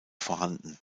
vorhanden